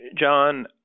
John